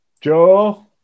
Joe